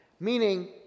Meaning